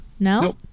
No